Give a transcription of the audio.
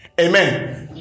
Amen